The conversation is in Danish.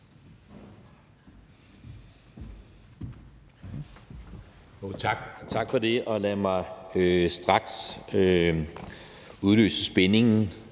Tak for det. Lad mig straks udløse den